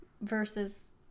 versus